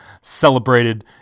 celebrated